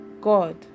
God